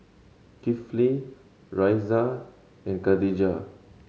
Kifli Raisya and Khatijah